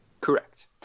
Correct